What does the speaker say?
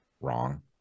wrong